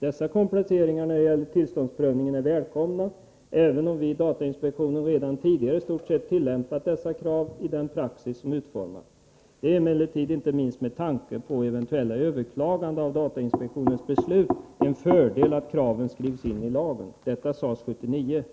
Dessa kompletteringar när det gäller tillståndsprövningen är välkomna, även om vi i datainspektionen redan tidigare i stort sett tillämpat dessa krav i den praxis som utformats. Det är emellertid inte minst med tanke på eventuella överklaganden av datainspektionens beslut en fördel att kraven nu skrivs in i datalagen.” Detta sades år 1979.